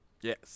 Yes